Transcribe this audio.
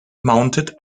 mounted